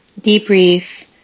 debrief